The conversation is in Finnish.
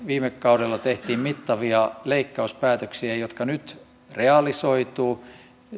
viime kaudella mittavia leikkauspäätöksiä jotka nyt realisoituvat